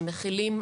מחילים